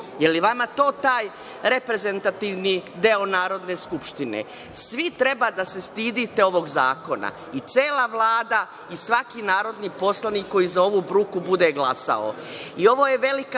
li je vama to taj reprezentativni deo Narodne skupštine? Svi treba da se stidite ovog zakona, i cela Vlada i svaki narodni poslanik koji za ovu bruku bude glasao. Ovo je velika